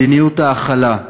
מדיניות ההכלה,